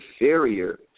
inferior